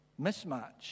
Mismatch